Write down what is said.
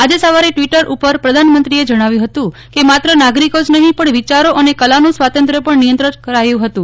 આજે સવારે ટ્વીટર ઉપર પ્રધાનમંત્રીએ જણાવ્યું હતું કેમાત્ર નાગરિકો જ નહી પણ વિચારો અને કલાનું સ્વાતંત્ર્ય પણ નિયંત્રિત કરાયું હતું